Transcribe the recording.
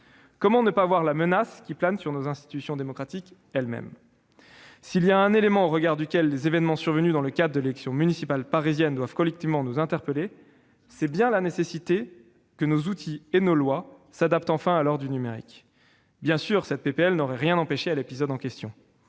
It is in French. Comment ne pas voir la menace qui plane sur nos institutions démocratiques elles-mêmes ? S'il y a un élément au regard duquel les événements survenus dans le cadre de la campagne de l'élection municipale parisienne doivent collectivement nous interpeller, c'est bien la nécessité que nos outils et nos lois s'adaptent enfin à l'ère du numérique. Bien sûr, ce texte n'aurait rien empêché à l'épisode en question.